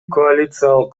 коалициялык